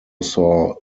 saw